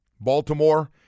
Baltimore